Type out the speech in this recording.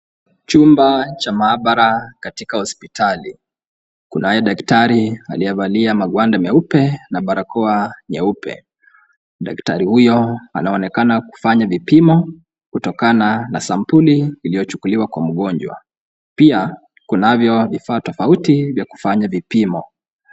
Chumba cha maabara katika hospitali, kunaye daktari aliyevalia magwanda meupe na barakoa nyeupe. Daktari huyo anaonekana kufanya vipimo kutokana na sampuli iliyochukuliwa kwa mgonjwa. Pia kunavyo vifaa tofauti vya kufanya vipimo.